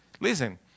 Listen